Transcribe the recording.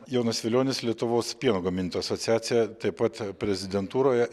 jonas svilionis lietuvos pieno gamintojų asociacija taip pat prezidentūroje